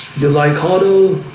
you like harder?